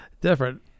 different